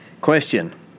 Question